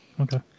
Okay